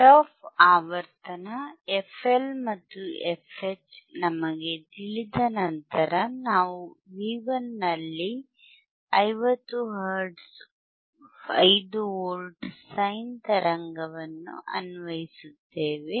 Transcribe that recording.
cut off ಆವರ್ತನ fL ಮತ್ತು fH ನಮಗೆ ತಿಳಿದ ನಂತರ ನಾವು V1 ನಲ್ಲಿ 50 ಹರ್ಟ್ಜ್ನ 5 ವೋಲ್ಟ್ ಸೈನ್ ತರಂಗವನ್ನು ಅನ್ವಯಿಸುತ್ತೇವೆ